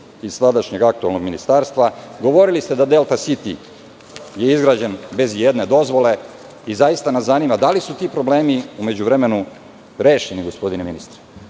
iz tadašnjeg aktuelnog ministarstva. Govorili ste da je "Delta Siti" izgrađen bez ijedne dozvole. Zaista nas zanima – da li su ti problemi u međuvremenu rešeni, gospodine ministre?